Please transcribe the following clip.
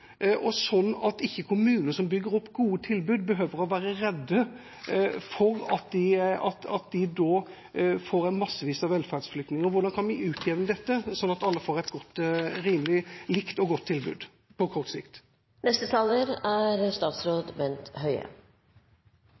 og slik at ikke kommuner som bygger opp gode tilbud, behøver å være redde for at de får en mengde velferdsflyktninger. Hvordan kan vi utjevne dette, slik at vi får et rimelig godt og likt tilbud på kort sikt? Jeg er